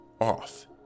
off